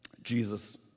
Jesus